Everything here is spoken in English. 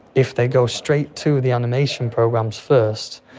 if they go straight to the animation programs first,